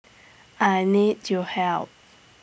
I need your help